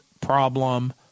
problem